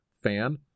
fan